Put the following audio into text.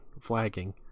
flagging